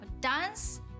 dance